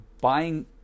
buying